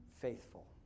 faithful